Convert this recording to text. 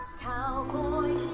Cowboy